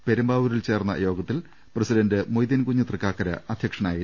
പെരുമ്പാവൂരിൽ ചേർന്ന യോഗത്തിൽ പ്രസി ഡന്റ് മൊയ്തീൻകുഞ്ഞ് തൃക്കാക്കര അധ്യക്ഷനായിരുന്നു